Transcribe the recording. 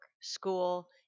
school